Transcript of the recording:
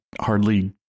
hardly